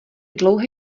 dlouhé